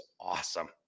awesome